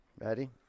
ready